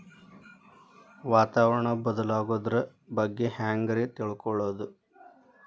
ವಾತಾವರಣ ಬದಲಾಗೊದ್ರ ಬಗ್ಗೆ ಹ್ಯಾಂಗ್ ರೇ ತಿಳ್ಕೊಳೋದು?